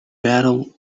battle